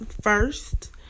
first